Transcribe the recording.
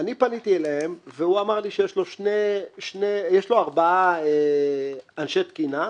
פניתי אליהם והוא אמר לי שיש לו ארבעה אנשי תקינה,